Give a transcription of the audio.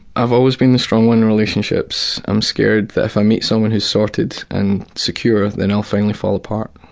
i've always been the strong one in relationships. i'm scared that if i meet someone who's sorted and secure, that i'll finally fall apart.